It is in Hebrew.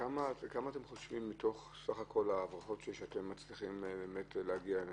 כמה מתוך סך כול ההברחות אתם מצליחים להגיע אליהן?